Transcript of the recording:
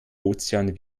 ozean